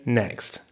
next